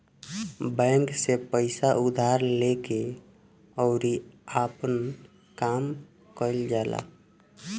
bank से पइसा उधार लेके अउरी आपन काम कईल जाला